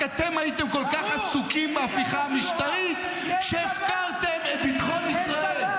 רק אתם הייתם כל כך עסוקים בהפיכה המשטרית שהפקרתם את ביטחון ישראל.